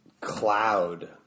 cloud